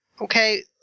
Okay